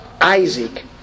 Isaac